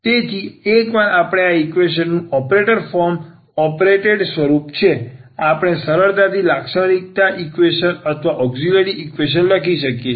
તેથી એકવાર આપણી પાસે ઈક્વેશન નું ઓપરેટેડ ફોર્મ ઓપરેટેડ સ્વરૂપ છે આપણે સરળતાથી લાક્ષણિકતા ઈક્વેશન અથવા ઔક્ષીલરી ઈક્વેશન લખી શકીએ છીએ